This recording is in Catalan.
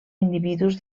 individus